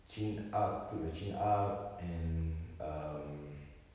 chin up put your chin up and and um